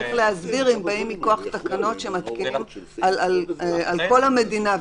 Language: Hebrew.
שצריך להסביר אם באים מכוח תקנות שמתקינים על כל המדינה,